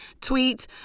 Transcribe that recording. tweet